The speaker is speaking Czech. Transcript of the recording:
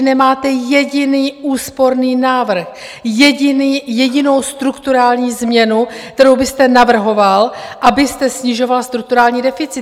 Nemáte jediný úsporný návrh, jediný, jedinou strukturální změnu, kterou byste navrhoval, abyste snižoval strukturální deficit.